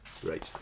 Great